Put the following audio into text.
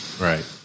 Right